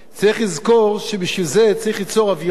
צריך לזכור שבשביל זה צריך ליצור אווירה